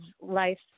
life